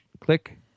Click